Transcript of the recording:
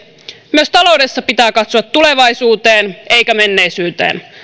myös taloudessa pitää katsoa tulevaisuuteen eikä menneisyyteen